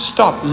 Stop